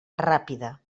ràpida